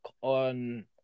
on